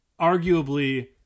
arguably